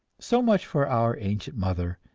so much for our ancient mother,